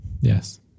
Yes